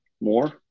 more